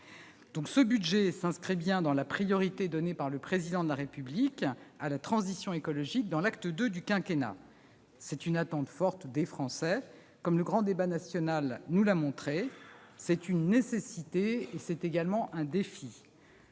Ce budget s'inscrit bien dans la priorité donnée par le Président de la République à la transition écologique dans l'acte II du quinquennat. C'est une attente forte des Français, comme le grand débat national nous l'a montré. C'est aussi une nécessité et un défi.